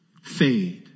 fade